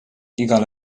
igal